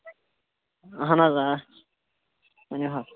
اَہن حظ آ ؤنِو حظ